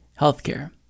healthcare